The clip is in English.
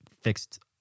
fixed